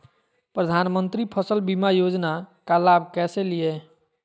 प्रधानमंत्री फसल बीमा योजना का लाभ कैसे लिये?